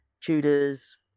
Tudors